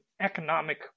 economic